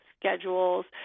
schedules